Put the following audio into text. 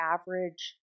average